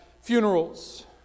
funerals